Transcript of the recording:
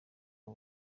abo